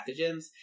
pathogens